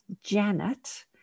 janet